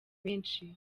benshi